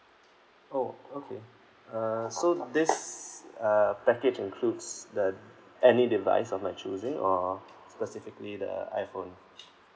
oh okay uh so this uh package includes the any device of my choosing or specifically the iphone